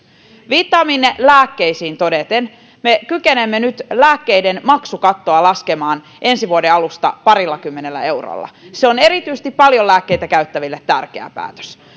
viittaamiinne lääkkeisiin todeten me kykenemme nyt lääkkeiden maksukattoa laskemaan ensi vuoden alusta parillakymmenellä eurolla se on erityisesti paljon lääkkeitä käyttäville tärkeä päätös